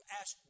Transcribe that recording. ask